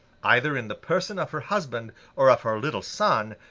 either in the person of her husband or of her little son,